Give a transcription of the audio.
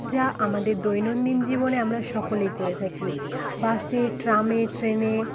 যা আমাদের দৈনন্দিন জীবনে আমরা সকলেই করে থাকি বাসে ট্রামে ট্রেনে